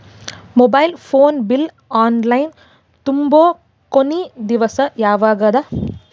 Mobile phone bill online ತುಂಬೊ ಕೊನಿ ದಿವಸ ಯಾವಗದ?